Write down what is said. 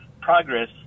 progress